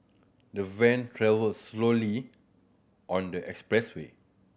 the van travelled slowly on the expressway